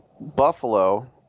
Buffalo